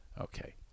Okay